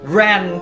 ran